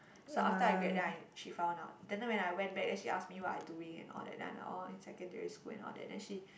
so after I grad then I she found out then when I went back then she ask me what I doing and all that then I like oh in secondary school and all that then she